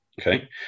Okay